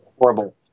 horrible